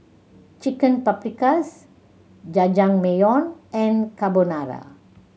Chicken Paprikas Jajangmyeon and Carbonara